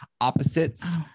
opposites